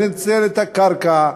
לנצל את הקרקע,